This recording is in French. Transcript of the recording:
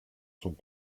sont